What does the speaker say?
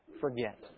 forget